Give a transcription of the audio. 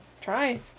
Try